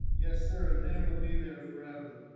yeah so and then it will be there forever.